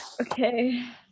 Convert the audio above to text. Okay